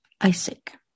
Isaac